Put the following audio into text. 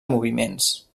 moviments